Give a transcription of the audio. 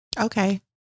Okay